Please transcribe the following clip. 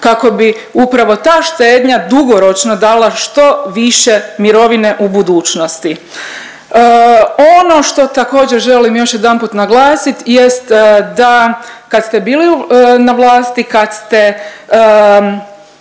kako bi upravo ta štednja dugoročno dala što više mirovina u budućnosti. Ono što također želim još jedanput naglasit jest da kad ste bili na vlasti, kad ste